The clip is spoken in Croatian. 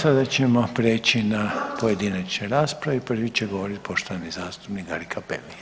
Sada ćemo prijeći na pojedinačne rasprave i prvi će govoriti poštovani zastupnik Gari Cappelli.